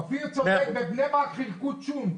אופיר צודק, בבני ברק חילקו צ'ולנט.